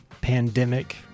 pandemic